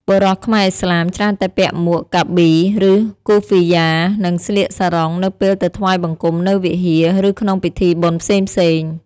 បុរសខ្មែរឥស្លាមច្រើនតែពាក់មួក "កាប៉ី" ឬ "គូហ្វ៊ីយ៉ា" និងស្លៀកសារុងនៅពេលទៅថ្វាយបង្គំនៅវិហារ ឬក្នុងពិធីបុណ្យផ្សេងៗ។